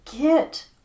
get